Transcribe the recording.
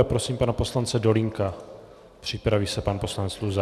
Prosím pana poslance Dolínka, připraví se pan poslanec Luzar.